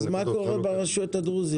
אז מה קורה ברשויות הדרוזיות?